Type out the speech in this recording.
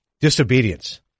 Disobedience